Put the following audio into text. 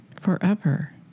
Forever